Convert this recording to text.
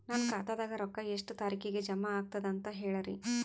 ನನ್ನ ಖಾತಾದಾಗ ರೊಕ್ಕ ಎಷ್ಟ ತಾರೀಖಿಗೆ ಜಮಾ ಆಗತದ ದ ಅಂತ ಹೇಳರಿ?